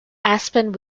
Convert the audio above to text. aspen